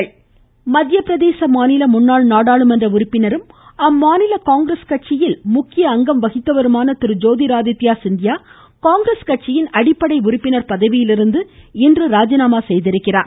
ஜோதிர்ஆகித்யடசிந்தியா மத்திய பிரதேச மாநில முன்னாள் நாடாளுமன்ற உறுப்பினரும் அம்மாநில காங்கிரஸ் கட்சியில் முக்கிய அங்கம் வகித்தவருமான திருஜோதிர் ஆதித்ய சிந்தியா காங்கிரஸ் கட்சியின் அடிப்படை உறுப்பினர் பதவியிலிருந்து இன்று ராஜினாமா செய்துள்ளார்